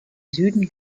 süden